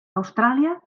austràlia